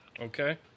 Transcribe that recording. Okay